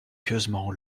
pieusement